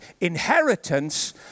inheritance